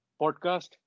podcast